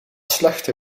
slechte